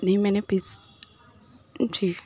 نہیں میں نے پز جی